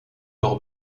leur